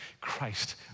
Christ